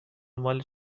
مال